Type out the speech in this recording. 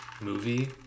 movie